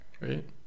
Right